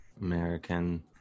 American